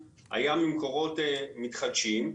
היה ממקורות מתחדשים.